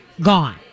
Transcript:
gone